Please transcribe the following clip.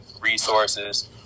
resources